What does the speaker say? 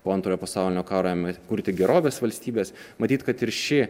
po antrojo pasaulinio karo kurti gerovės valstybės matyt kad ir ši